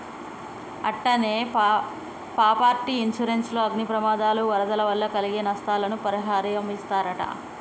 అట్టనే property insurance లో అగ్ని ప్రమాదాలు, వరదల వల్ల కలిగే నస్తాలని పరిహారమిస్తరట